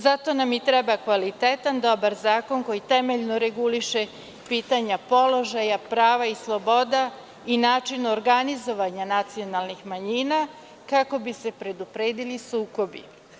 Zato nam i treba kvalitetan i dobar zakon koji temeljno reguliše pitanja položaja, prava i sloboda i način organizovanja nacionalnih manjina, kako bi se predupredili sukobi.